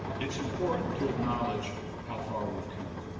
it's important to acknowledge how far we've come.